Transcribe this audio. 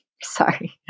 Sorry